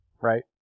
Right